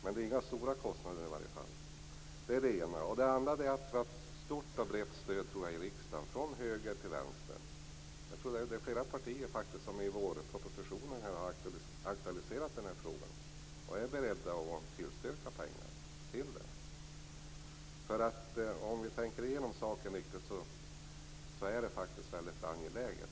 Det är inga stora kostnader. Det var det ena. Det andra är att det är ett stort och brett stöd för detta i riksdagen från höger till vänster. Flera partier har i samband med vårpropositionen aktualiserat denna fråga och är beredda att tillstyrka förslag om pengar till detta. Det här är faktiskt väldigt angeläget.